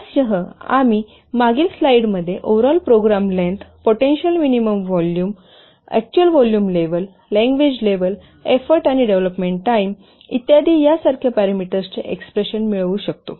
यासह आम्ही मागील स्लाइडमध्ये overall program length potential minimum volume actual volume level language level effort आणि डेव्हलोपमेंट टाईम इत्यादि यासारख्या पॅरामीटर्सचे एक्सप्रेशन मिळवू शकतो